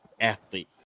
athlete